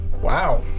Wow